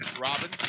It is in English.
Robin